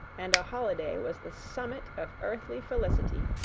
and a holiday was the summit of earthly felicity.